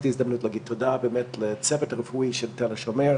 במיוחד בשנתיים האחרונות בנשים שמגיעות אלינו בגיל 51,